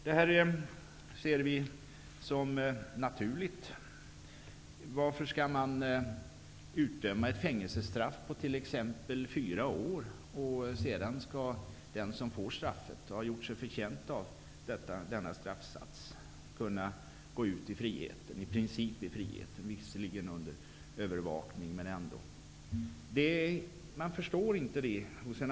Detta ser vi såsom naturligt. Varför skall man utdöma ett fängelsestraff på t.ex. fyra år och sedan låta den som får straffet och har gjort sig förtjänt av denna straffsats gå ut i friheten, visserligen under övervakning men ändå.